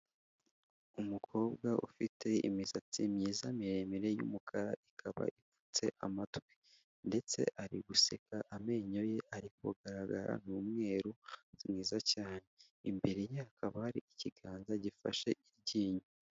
Umukobwa ufite imisatsi myiza miremire y'umukara, ikaba ipfutse amatwi, ndetse ari guseka amenyo ye ari kugaragara ni umweru mwiza cyane, imbere ye hakaba hari ikiganza gifashe icyinyo.